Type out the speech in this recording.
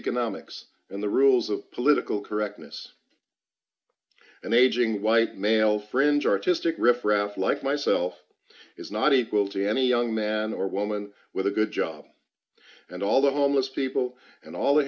economics and the rules of political correctness an aging white male fringe artistic riff raff like myself is not equal to any young man or woman with a good job and all the homeless people and all